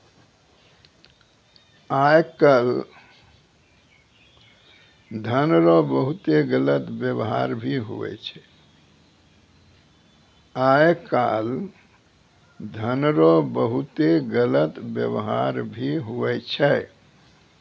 आय काल धन रो बहुते गलत वेवहार भी हुवै छै